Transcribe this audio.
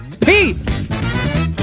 Peace